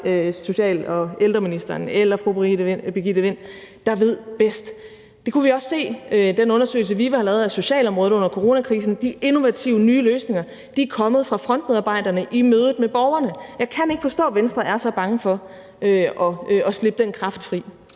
social- og ældreministeren eller fru Birgitte Vind, der ved bedst. Det kunne vi også se i den undersøgelse, VIVE har lavet af socialområdet under coronakrisen: De innovative, nye løsninger er kommet fra frontmedarbejderne i mødet med borgerne. Jeg kan ikke forstå, at Venstre er så bange for at slippe den kraft fri.